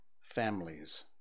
families